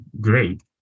great